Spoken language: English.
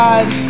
God